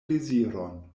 deziron